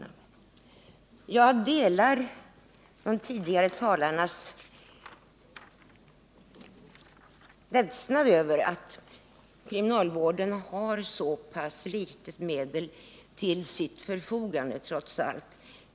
Jag delar de tidigare talarnas beklagande av att kriminalvården har så pass litet medel till sitt förfogande.